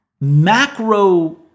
macro